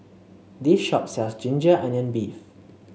this shop sells ginger onion beef